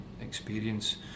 experience